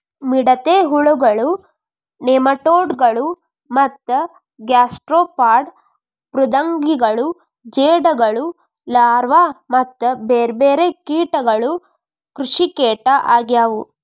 ಮಿಡತೆ ಹುಳಗಳು, ನೆಮಟೋಡ್ ಗಳು ಮತ್ತ ಗ್ಯಾಸ್ಟ್ರೋಪಾಡ್ ಮೃದ್ವಂಗಿಗಳು ಜೇಡಗಳು ಲಾರ್ವಾ ಮತ್ತ ಬೇರ್ಬೇರೆ ಕೇಟಗಳು ಕೃಷಿಕೇಟ ಆಗ್ಯವು